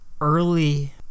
early